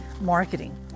marketing